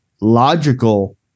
logical